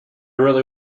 really